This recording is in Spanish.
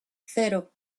cero